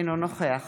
אינו נוכח